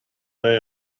day